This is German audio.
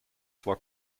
zwar